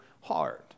hard